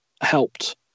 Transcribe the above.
helped